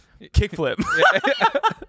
kickflip